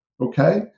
Okay